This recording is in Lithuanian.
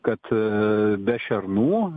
kad aaa be šernų